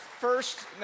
first